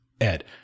Ed